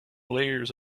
layers